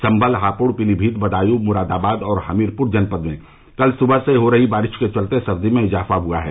संमल हापुड़ पीलीमीत बदायू मुरादाबाद और हमीरपुर जनपद में कल सुबह से हो रही बारिश के चलते सर्दी में इजाफा हुआ है